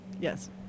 Yes